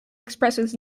expresses